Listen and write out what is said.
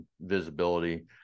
visibility